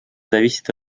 зависит